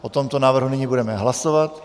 O tomto návrhu nyní budeme hlasovat.